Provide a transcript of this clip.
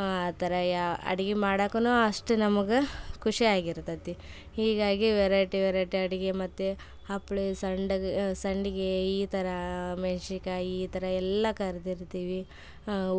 ಆ ಥರ ಅಡುಗೆ ಮಾಡಕ್ಕು ಅಷ್ಟು ನಮ್ಗೆ ಖುಷಿಯಾಗಿರ್ತತಿ ಹೀಗಾಗಿ ವೆರೈಟಿ ವೆರೈಟಿ ಅಡುಗೆ ಮತ್ತು ಹಪ್ಳ ಸಂಡಿಗೆ ಸಂಡಿಗೆ ಈ ಥರ ಮೆಣ್ಸಿಕಾಯಿ ಈ ಥರ ಎಲ್ಲ ಕರಿದಿರ್ತೀವಿ